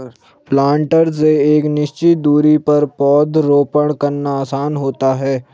planter से एक निश्चित दुरी पर पौधरोपण करना आसान होता है